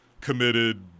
committed